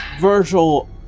Virgil